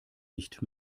nicht